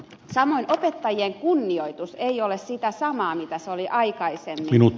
samoin opettajien kunnioitus ei ole sitä samaa mitä se oli aikaisemmin